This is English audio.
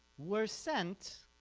were sent